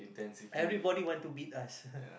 everybody want to beat us